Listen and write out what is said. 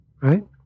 right